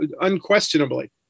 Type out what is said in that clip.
unquestionably